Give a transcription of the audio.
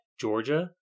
Georgia